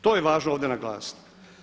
To je važno ovdje naglasiti.